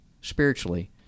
spiritually